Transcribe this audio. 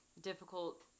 difficult